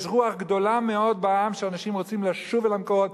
יש רוח גדולה מאוד בעם שאנשים רוצים לשוב אל המקורות,